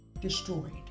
destroyed